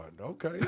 okay